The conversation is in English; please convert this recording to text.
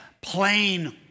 plain